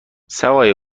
سوای